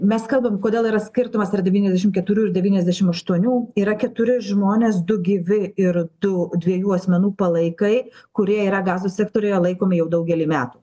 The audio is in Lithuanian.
mes kalbam kodėl yra skirtumas tarp devyniasdešim keturių ir devyiasdešim aštuonių yra keturi žmonės du gyvi ir tų dviejų asmenų palaikai kurie yra gazos sektoriuje laikomi jau daugelį metų